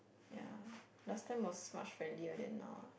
yea last time was much friendlier then now ah